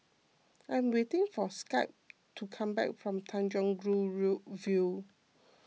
I am waiting for Skye to come back from Tanjong Rhu View